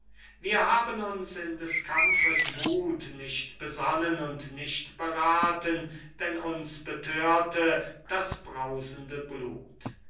wir haben uns in des kampfes wuth nicht besonnen und nicht berathen denn uns bethörte das brausende blut